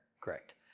Correct